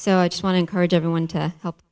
so i just want to encourage everyone to help